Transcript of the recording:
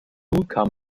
kam